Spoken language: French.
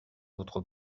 votre